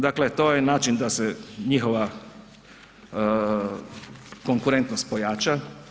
Dakle, to je način da se njihova konkurentnost pojača.